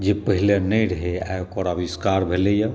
जे पहिले नहि रहै आइ ओकर अविष्कार भेलैया